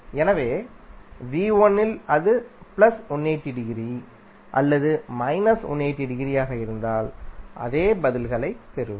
எனவே இல் அது பிளஸ் 180 டிகிரி அல்லது மைனஸ் 180 டிகிரி ஆக இருந்தால் அதே பதில்களைப் பெறுவோம்